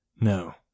No